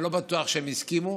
אני לא בטוח שהם הסכימו.